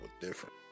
different